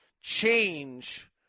change